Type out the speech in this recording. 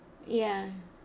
ya